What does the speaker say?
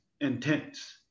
intense